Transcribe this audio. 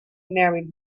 married